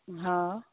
हॅं